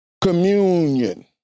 communion